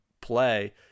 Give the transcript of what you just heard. play